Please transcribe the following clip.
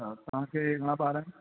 अच्छा तव्हांखे घणा ॿार आहिनि